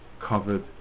covered